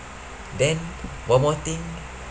then one more thing